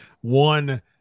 one